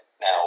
now